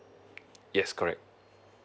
yes correct